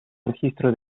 registro